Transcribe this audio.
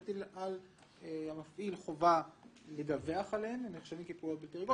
מותר לו להגיד לבנק שהוא חושש שיעקב מוישה זה כסף של טרור?